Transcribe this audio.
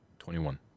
Twenty-one